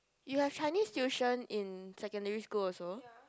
you have Chinese tuition in secondary school also